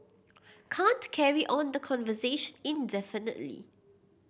can't carry on the conversation indefinitely